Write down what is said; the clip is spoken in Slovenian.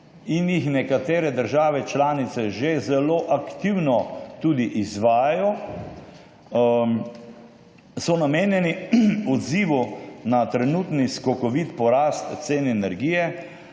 in jih nekatere države članice že zelo aktivno izvajajo, so namenjeni odzivu na trenutni skokovit porast cen energije,